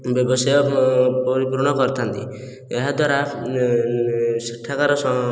ବ୍ୟବସାୟ ପରିପୂରଣ କରିଥାନ୍ତି ଏହାଦ୍ୱାରା ସେଠାକାର ସ